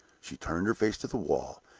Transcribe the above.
she turned her face to the wall,